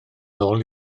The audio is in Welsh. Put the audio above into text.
nôl